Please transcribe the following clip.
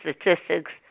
statistics